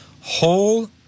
whole